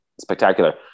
spectacular